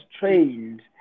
trained